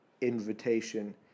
invitation